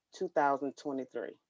2023